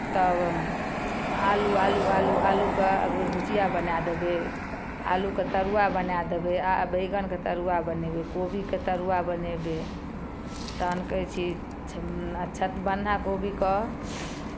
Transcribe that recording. तऽ आलू आलू आलू आलूके अगबे भुजिया बनाए देबै आलूके तरुआ बना देबै आ बैगनके तरुआ बनेबै कोबीके तरुआ बनेबै तहन कहै छी छ छ बन्धा कोबीके